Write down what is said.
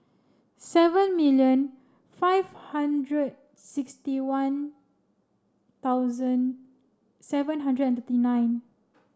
seven million five hundred sixty one thousand seven hundred and thirty nine